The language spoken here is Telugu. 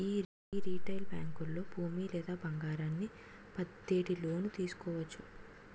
యీ రిటైలు బేంకుల్లో భూమి లేదా బంగారాన్ని పద్దెట్టి లోను తీసుకోవచ్చు